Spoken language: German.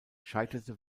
scheiterte